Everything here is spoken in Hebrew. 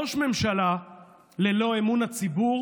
ראש ממשלה ללא אמון הציבור